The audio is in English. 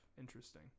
interesting